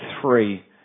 three